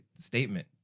statement